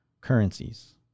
currencies